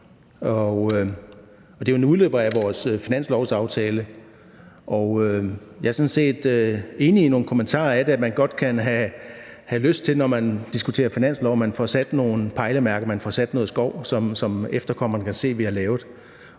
Det er jo en udløber af vores finanslovsaftale, og jeg er sådan set enig i nogle af kommentarerne om, at man godt kan have lyst til, når man diskuterer finanslov, at man får sat nogle pejlemærker, at man får sat noget skov, som efterkommerne kan se at man har lavet.